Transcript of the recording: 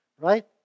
Right